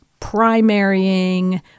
primarying